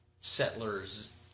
Settlers